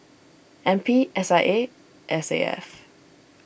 N P S I A S A F